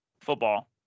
football